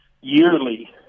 yearly